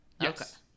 Yes